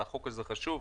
החוק הזה חשוב,